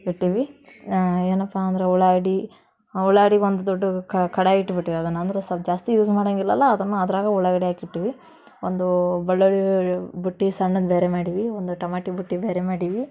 ಇಟ್ಟೀವಿ ಏನಪ್ಪ ಅಂದ್ರೆ ಉಳ್ಳಾಗಡ್ಡೆ ಉಳ್ಳಾಗಡ್ಡಿಗ್ ಒಂದು ದೊಡ್ಡ ಕಡಾಯಿ ಇಟ್ಬಿಟ್ಟೀವಿ ಅದನ್ನು ಅಂದ್ರೆ ಸ್ವಲ್ಪ ಜಾಸ್ತಿ ಯೂಸ್ ಮಾಡಂಗಿಲ್ಲಲ್ವ ಅದನ್ನು ಅದ್ರಾಗೆ ಉಳ್ಳಾಗಡ್ಡೆ ಹಾಕಿಟ್ಟೀವಿ ಒಂದು ಬೆಳ್ಳುಳ್ಳಿ ಬುಟ್ಟಿ ಸಣ್ಣದು ಬೇರೆ ಮಾಡೀವಿ ಒಂದು ಟಮಾಟಿ ಬುಟ್ಟಿ ಬೇರೆ ಮಾಡೀವಿ